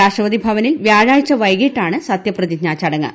രാഷ്ട്രപതി ഭവനിൽ വ്യാഴാഴ്ച വൈകിട്ടാണ് സത്യപ്രതിജ്ഞാ ചടങ്ങ്